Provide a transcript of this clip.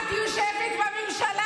את יושבת בממשלה,